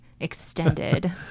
extended